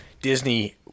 Disney